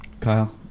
Kyle